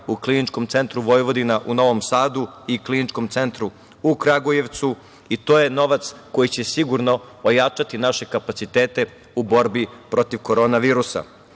u Kliničkom centru Vojvodina u Novom Sadu i Kliničkom centru u Kragujevcu. To je novac koji će sigurno ojačati naše kapacitete u borbi protiv korona virusa. Drugi